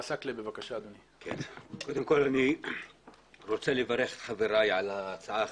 אני רוצה לברך את חבריי על ההצעה